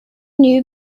knew